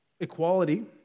Equality